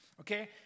Okay